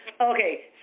Okay